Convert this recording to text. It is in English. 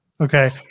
Okay